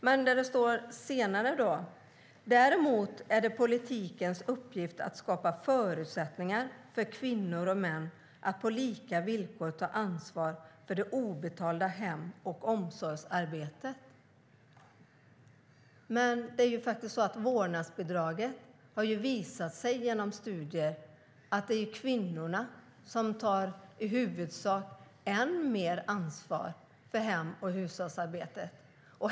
Men senare står det: Däremot är det politikens uppgift att skapa förutsättningar för kvinnor och män att på lika villkor ta ansvar för det obetalda hem och omsorgsarbetet. Studierna visar att det är kvinnorna som i huvudsak genom vårdnadsbidraget tar än mer ansvar för hem och hushållsarbete.